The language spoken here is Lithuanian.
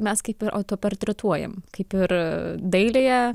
mes kaip ir autoportretuojam kaip ir dailėje